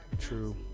True